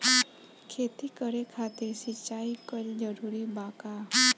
खेती करे खातिर सिंचाई कइल जरूरी बा का?